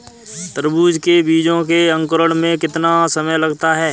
तरबूज के बीजों के अंकुरण में कितना समय लगता है?